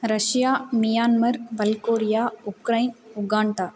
Russia Myanmar Bulgaria Ukraine Uganda